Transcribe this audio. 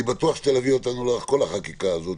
אני בטוח שתלווי אותנו לאורך כל החקיקה הזו,